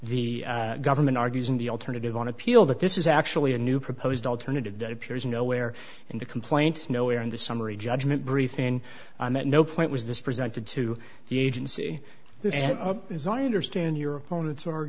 the government argues in the alternative on appeal that this is actually a new proposed alternative that appears nowhere in the complaint nowhere in the summary judgment brief in at no point was this presented to the agency this is i understand your opponents or